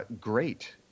great